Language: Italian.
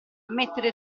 mettere